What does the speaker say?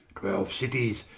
twelue cities,